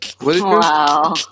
Wow